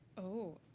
oh.